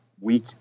week